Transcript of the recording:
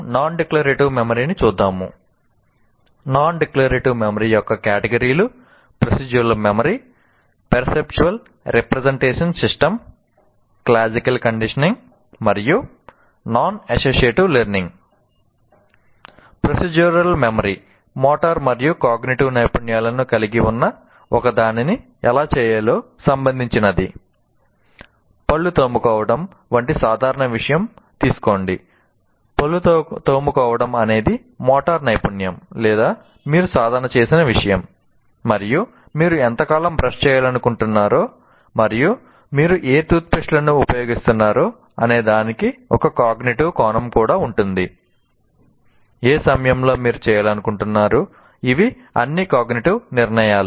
non declarative memory నిర్ణయాలు